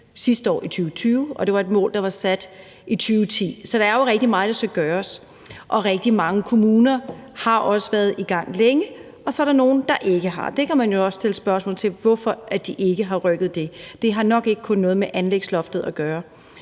sidste år i 2020, og det var et mål, der var sat i 2010. Så der er rigtig meget, der skal gøres, og rigtig mange kommuner har også været i gang længe, og så er der nogle, der ikke har. Der kan man også stille spørgsmål om, hvorfor de ikke har rykket. Det har nok ikke kun noget med anlægsloftet at gøre.